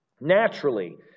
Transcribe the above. naturally